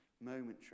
momentary